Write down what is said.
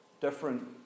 different